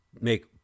make